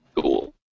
Cool